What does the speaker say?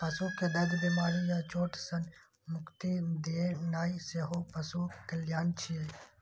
पशु कें दर्द, बीमारी या चोट सं मुक्ति दियेनाइ सेहो पशु कल्याण छियै